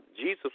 Jesus